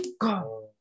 God